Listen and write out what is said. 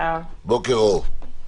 בוקר אור.